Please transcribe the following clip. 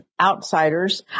outsiders